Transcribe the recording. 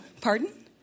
pardon